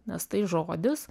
nes tai žodis